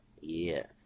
Yes